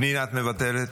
פנינה, את מוותרת?